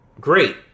great